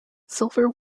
silver